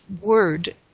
word